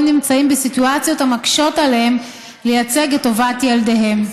נמצאים בסיטואציות המקשות עליהם לייצג את טובת ילדיהם.